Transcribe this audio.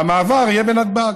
והמעבר יהיה בנתב"ג,